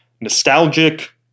nostalgic